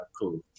cool